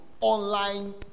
online